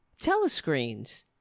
telescreens